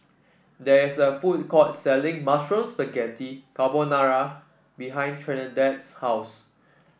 there is a food court selling Mushroom Spaghetti Carbonara behind Trinidad's house